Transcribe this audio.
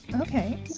Okay